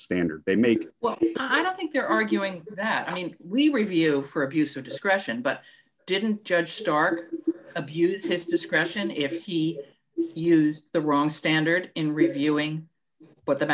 standard they make well d i don't think they're arguing that i mean review for abuse of discretion but didn't judge start abuse his discretion if he used the wrong standard in reviewing but the